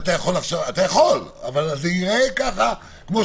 אתה יכול אבל זה לא ייראה טוב.